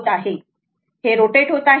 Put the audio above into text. हे रोटेट होत आहे हे रोटेट होत आहे